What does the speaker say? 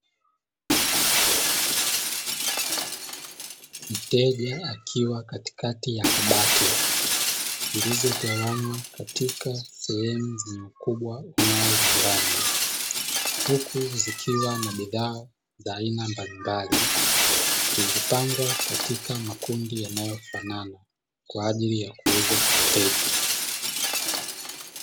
Mteja akiwa katikati ya kabati zilizo gawanywa katika sehemu zenye ukubwa unaolingana, huku zikiwa na bidhaa za aina mbalimbali zimepangwa katika makundi yanayofanana kwa ajili ya kuuzwa kwa wateja.